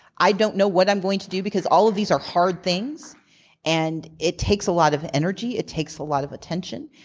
i don't know what i'm going to do because all of these are hard things and it takes a lot of energy. it takes a lot of attention.